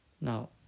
now